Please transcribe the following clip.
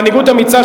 מנהיגות אמיצה,